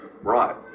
right